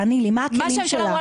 תעני לי, מה הכלים שלה?